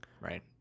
Right